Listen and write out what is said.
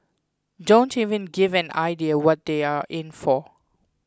don't even give an idea what they are in for